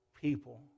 people